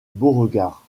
beauregard